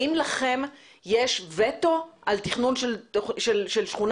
האם לכם יש וטו על תכנון של שכונה?